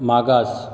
मागास